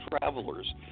travelers